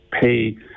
pay